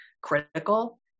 critical